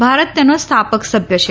ભારત તેનો સ્થાપક સભ્ય છે